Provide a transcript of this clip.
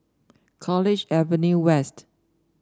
College Avenue West